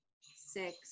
six